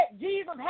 Jesus